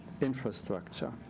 infrastructure